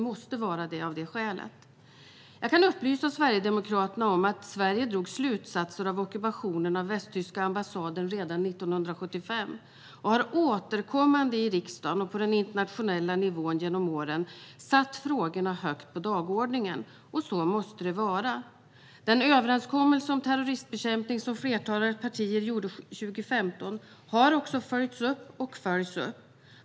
Jag kan upplysa Sverigedemokraterna om att Sverige drog slutsatser av ockupationen av västtyska ambassaden redan 1975 och har återkommande i riksdagen och på den internationella nivån genom åren satt frågorna högt på dagordningen, och så måste det vara. Den överenskommelse om terroristbekämpning som flertalet partier gjorde 2015 har också följts upp och följs upp.